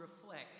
reflect